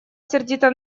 сердита